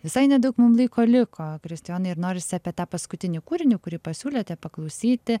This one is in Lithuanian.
visai nedaug mum laiko liko kristijonai ir norisi apie tą paskutinį kūrinį kurį pasiūlėte paklausyti